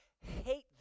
hate